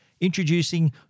Introducing